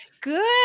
Good